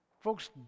Folks